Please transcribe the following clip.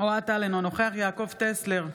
אוהד טל, אינו נוכח יעקב טסלר,